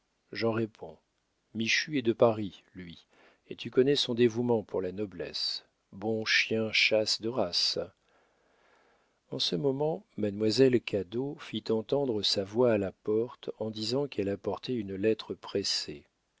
j'en réponds michu est de paris lui et tu connais son dévouement pour la noblesse bon chien chasse de race en ce moment mademoiselle cadot fit entendre sa voix à la porte en disant qu'elle apportait une lettre pressée